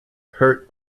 hurt